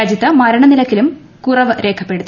രാജ്യത്ത് മരണനിരക്കിലും കുറവ് രേഖപ്പെടുത്തി